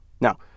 Now